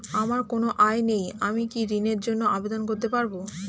আমার কোনো আয় নেই আমি কি ঋণের জন্য আবেদন করতে পারব?